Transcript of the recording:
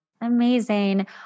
Amazing